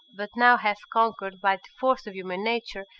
but now half conquered by the force of human nature,